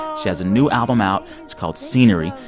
she has a new album out. it's called scenery.